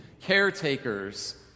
caretakers